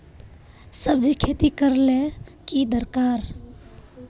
सब्जी खेती करले ले की दरकार?